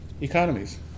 economies